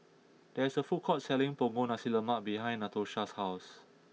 there is a food court selling Punggol Nasi Lemak behind Natosha's house